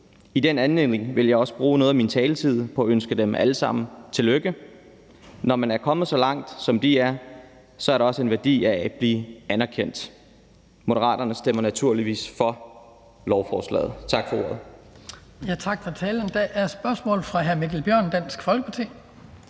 I den anledning vil jeg også bruge noget af min taletid på at ønske dem alle sammen tillykke. Når man er kommet så langt, som de er, så har det også en værdi at blive anerkendt. Moderaterne stemmer naturligvis for lovforslaget. Tak for ordet. Kl. 14:53 Den fg. formand (Hans Kristian Skibby): Tak for talen. Der er spørgsmål fra hr. Mikkel Bjørn, Dansk Folkeparti.